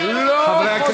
שלא נפתח כאן,